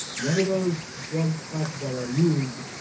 one of those drug classes that are used